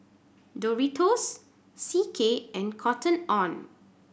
Doritos C K and Cotton On